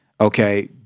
okay